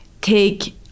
take